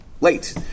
late